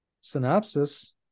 Synopsis